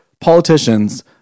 politicians